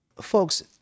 Folks